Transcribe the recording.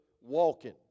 walking